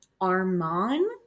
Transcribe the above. arman